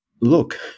look